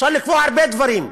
אפשר לקבוע הרבה דברים,